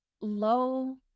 low